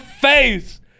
face